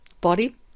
body